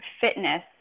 fitness